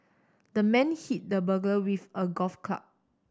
the man hit the burglar with a golf club